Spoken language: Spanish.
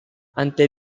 ante